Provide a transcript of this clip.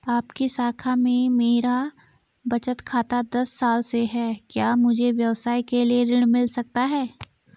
आपकी शाखा में मेरा बचत खाता दस साल से है क्या मुझे व्यवसाय के लिए ऋण मिल सकता है?